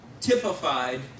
typified